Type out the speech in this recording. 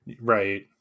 right